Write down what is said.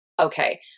okay